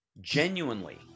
Genuinely